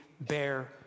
bear